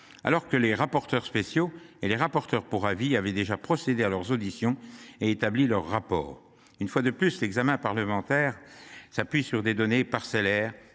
alors que les rapporteurs spéciaux et les rapporteurs pour avis du Sénat avaient déjà procédé à leurs auditions et établi leur rapport. Une fois de plus, l’examen parlementaire s’appuie sur des données parcellaires,